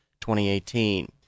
2018